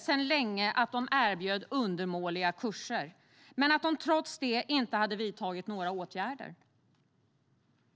sedan länge visste att de erbjöd undermåliga kurser men att de trots det inte hade vidtagit några åtgärder.